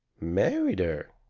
married her!